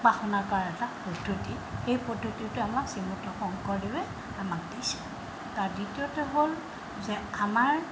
উপাসনা কৰাৰ এটা পদ্ধতি সেই পদ্ধতিটো আমাক শ্ৰীমন্ত শংকৰদেৱে আমাক দিছে তাৰ দ্বিতীয়তে হ'ল যে আমাৰ